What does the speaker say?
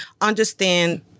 Understand